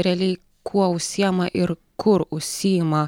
realiai kuo užsiima ir kur užsiima